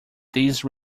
these